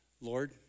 Lord